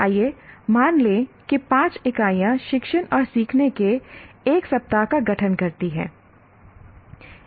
आइए मान लें कि 5 इकाइयां शिक्षण और सीखने के 1 सप्ताह का गठन करती हैं